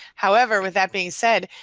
however, with that being said,